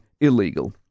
illegal